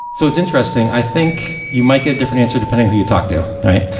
so it's interesting. i think you might get a different answer depending who you talk to, right?